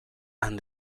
han